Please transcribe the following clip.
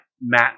Matt